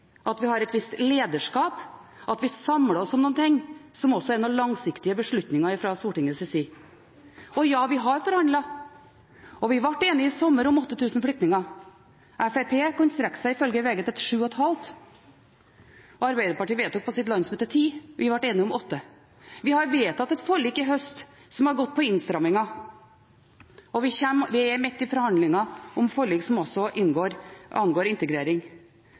at vi inngår brede forlik, at vi har et visst lederskap, at vi samler oss om noe som også er langsiktige beslutninger fra Stortingets side. Og ja, vi har forhandlet, og vi ble enige i sommer om 8 000 flyktninger. Fremskrittspartiet kunne ifølge VG strekke seg til 7 500. Arbeiderpartiet vedtok på sitt landsmøte 10 000. Vi ble enige om 8 000. Vi har vedtatt et forlik i høst som har handlet om innstramminger, og vi er midt i forhandlinger om et forlik som også angår integrering.